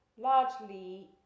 largely